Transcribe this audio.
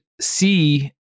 see